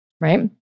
right